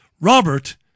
Robert